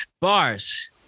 Bars